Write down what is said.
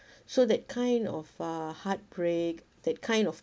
so that kind of uh heartbreak that kind of